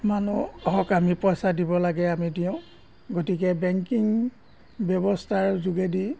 মানুহক আমি পইচা দিব লাগে আমি দিওঁ গতিকে বেংকিং ব্যৱস্থাৰ যোগেদি